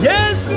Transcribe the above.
Yes